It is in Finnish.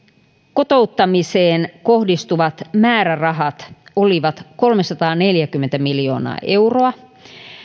kotouttamiseen kohdistuvat määrärahat olivat kolmesataaneljäkymmentä miljoonaa euroa